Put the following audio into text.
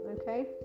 okay